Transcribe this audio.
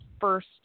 first